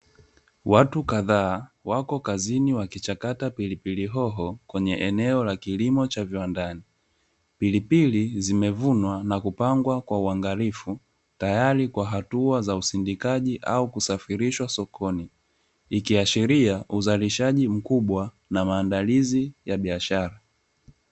Watu kadhaa wako kazini wakichakata pilipili hoho kwenye eneo la kilimo cha viwandani. Pilipili zimevunwa na kupangwa kwa uangalifu tayari kwa hatua za usindikaji au kusafirishwa sokoni. Ikiashiria uzalishaji mkubwa na maandalizi ya biashara.